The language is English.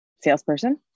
salesperson